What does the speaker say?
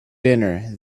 dinner